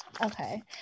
Okay